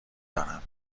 دارم